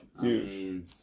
huge